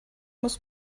muss